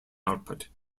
output